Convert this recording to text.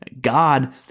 God